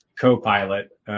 copilot